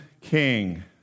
king